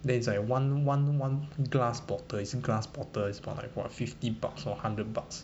then it's I one one one glass bottle is a glass bottle its about like what fifty bucks or hundred bucks